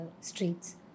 streets